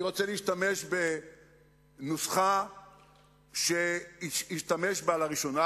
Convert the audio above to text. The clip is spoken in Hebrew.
אני רוצה להשתמש בנוסחה שהשתמש בה לראשונה,